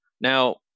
Now